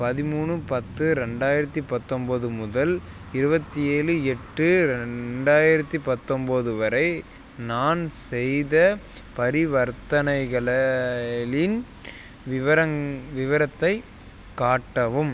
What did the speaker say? பதிமூணு பத்து ரெண்டாயிரத்து பத்தொம்பது முதல் இருபத்தி ஏழு எட்டு ரெண்டாயிரத்து பத்தொம்பது வரை நான் செய்த பரிவர்த்தனைகளின் விவரங் விவரத்தை காட்டவும்